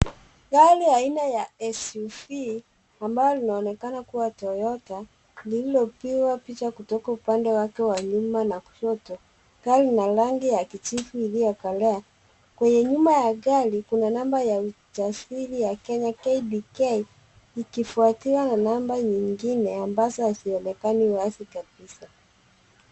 Gari aina ya SUV ambalo linaonekana kua Toyota lililopigwa icha kutoka upande wake wa nyuma na kushoto. Gari ina rangi ya kijivu iliyokolea, kwenye nyuma ya gari kina namba ya usajili ya Kenya KDK ikifuatiwa na namba nyingine ambazo hazionekani wazi kabisa.